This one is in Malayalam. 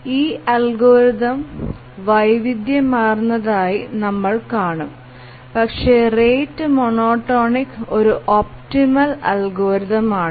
ഈ അൽഗോരിതം വൈവിധ്യമാർന്നതായി നമ്മൾ കാണും പക്ഷേ റേറ്റ് മോണോടോണിക് ഒരു ഒപ്റ്റിമൽ അൽഗോരിതം ആണ്